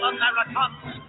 Americans